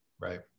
Right